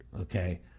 okay